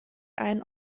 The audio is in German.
einen